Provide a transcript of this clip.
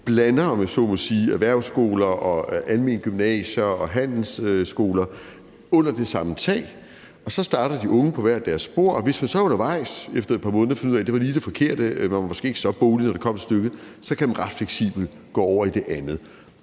man har alment gymnasie, erhvervsskoler og handelsskoler under samme tag. Så starter de unge på hver deres spor, og hvis man så undervejs efter et par måneder finder ud af, at man havde valgt det forkerte, og at man måske ikke var så boglig, når det kom til stykket, kan man ret fleksibelt gå over til noget andet.